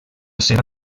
seva